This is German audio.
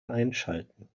einschalten